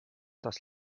das